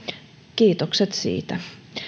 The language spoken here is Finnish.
kiitokset siitä